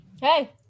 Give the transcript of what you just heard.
Hey